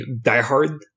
diehard